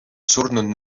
surnud